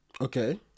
Okay